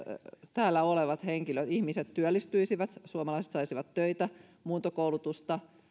täällä olevat ihmiset työllistyisivät suomalaiset saisivat töitä muuntokoulutusta